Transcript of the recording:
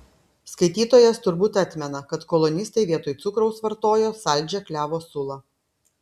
skaitytojas turbūt atmena kad kolonistai vietoj cukraus vartojo saldžią klevo sulą